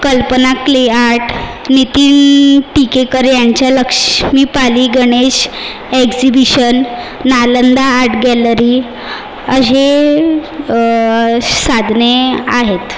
कल्पना clay art Nitin Tikekar ह्यांचा Laxmi Pali Ganesh exhibition Nalanda art gallery असे साधने आहेत